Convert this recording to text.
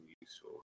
useful